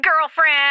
girlfriend